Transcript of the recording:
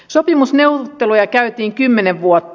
sopimusneuvotteluja käytiin kymmenen vuotta